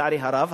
לצערי הרב,